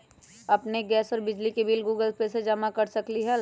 अपन गैस और बिजली के बिल गूगल पे से जमा कर सकलीहल?